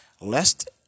lest